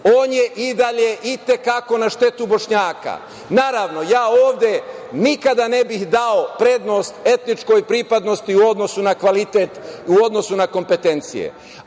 on je i dalje i te kako na štetu Bošnjaka. Naravno, ja ovde nikada ne bih dao prednost etničkoj pripadnosti u odnosu na kvalitet, u odnosu na kompetencije,